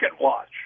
watch